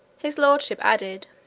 his lordship added,